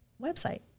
website